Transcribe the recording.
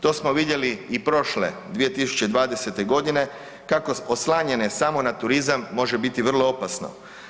To smo vidjeli i prošle 2020. godine kako oslanjanje samo na turizam može biti vrlo opasno.